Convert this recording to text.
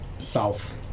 South